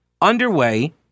underway